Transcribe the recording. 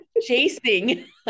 chasing